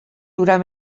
durar